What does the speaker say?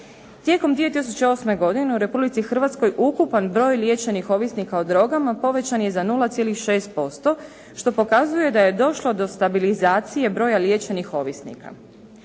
Tijekom 2008. godine u Republici Hrvatskoj ukupan broj liječenih ovisnika o drogama povećan je za 0,6% što pokazuje da je došlo do stabilizacije broja liječenih ovisnika.